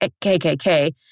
KKK